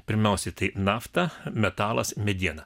pirmiausiai tai nafta metalas mediena